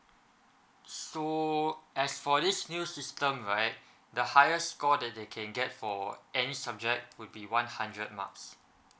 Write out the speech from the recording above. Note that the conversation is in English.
so as for this new system right the highest score that they can get for any subject would be one hundred marks